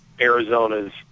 Arizona's